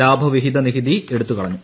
ലാഭവിഹിത നികുതി എടുത്തുകളഞ്ഞു